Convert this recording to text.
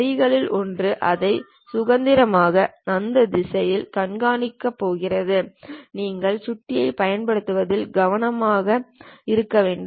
வரிகளில் ஒன்று அதை சாதாரணமாக அந்த திசையில் காண்பிக்கப் போகிறது நீங்கள் சுட்டியைப் பயன்படுத்துவதில் கவனமாக இருக்க வேண்டும்